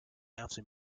after